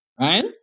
Right